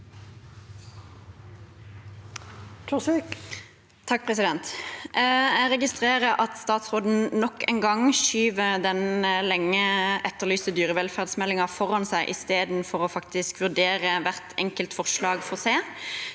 Jeg re- gistrerer at statsråden nok en gang skyver den lenge etterlyste dyrevelferdsmeldingen foran seg, istedenfor å faktisk vurdere hvert enkelt forslag for seg.